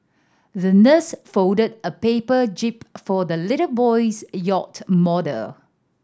the nurse folded a paper jib for the little boy's yacht model